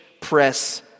press